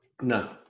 No